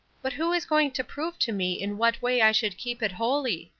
but who is going to prove to me in what way i should keep it holy?